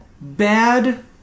bad